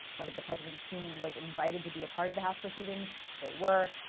whether the president's team was invited to be part of the house proceedings, they were.